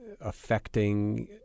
affecting